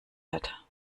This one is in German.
hat